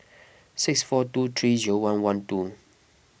six four two three zero one one two